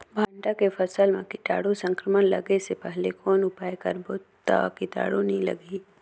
भांटा के फसल मां कीटाणु संक्रमण लगे से पहले कौन उपाय करबो ता कीटाणु नी लगही?